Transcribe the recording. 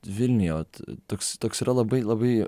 vilniuje ot toks toks yra labai labai